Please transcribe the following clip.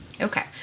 Okay